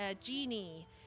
genie